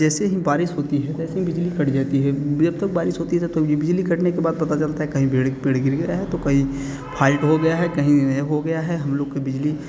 जैसे हीं बारिश होती है वैसे बिजली कट जाती है तब बारिश होती तब ये बिजली कटने के बाद पता चलता है कहीं बेड़ पेड़ गिर गया है तो कहीं फाल्ट हो गया है कहीं यह हो गया है हम लोग के बिजली